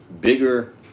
bigger